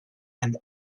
and